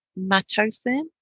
Matosin